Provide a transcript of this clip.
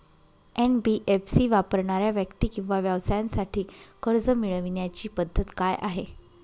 NBFC वापरणाऱ्या व्यक्ती किंवा व्यवसायांसाठी कर्ज मिळविण्याची पद्धत काय आहे?